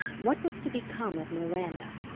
what was to become of miranda?